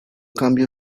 cambio